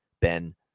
Ben